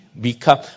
become